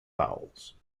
vowels